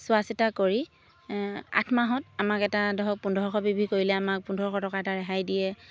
চোৱাচিতা কৰি আঠমাহত আমাক এটা ধৰক পোন্ধৰশ বি ভি কৰিলে আমাক পোন্ধৰশ টকা এটা ৰেহাই দিয়ে